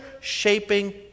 shaping